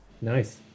nice